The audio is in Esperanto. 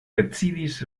decidis